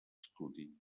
estudi